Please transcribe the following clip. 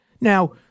Now